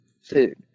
food